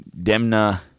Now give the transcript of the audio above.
Demna